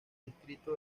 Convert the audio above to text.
distrito